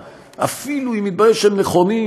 אפילו אם יתברר שהם נכונים,